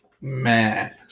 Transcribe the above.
Man